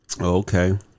okay